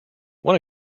one